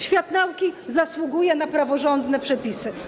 Świat nauki zasługuje na praworządne przepisy.